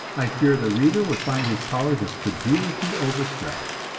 i fear the reader would find his powers of credulity overstretched,